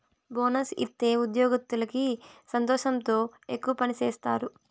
bonus ఇత్తే ఉద్యోగత్తులకి సంతోషంతో ఎక్కువ పని సేత్తారు